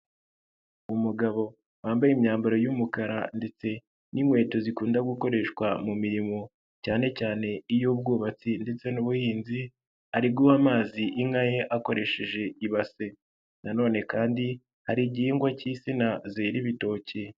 Umugabo wambaye imyambaro y'umukara ndetse n'inkweto zikunda gukoreshwa mu mirimo cyane cyane iy'ubwubatsi ndetse n'ubuhinzi ari guha amazi inka ye akoresheje ibase, nanone kandi hari igihingwa k'insina kera ibitoki.